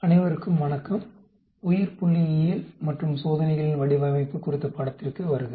அனைவருக்கும் வணக்கம் உயிர்புள்ளியியல் மற்றும் சோதனைகளின் வடிவமைப்பு குறித்த பாடத்திற்கு வருக